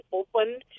opened